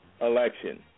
election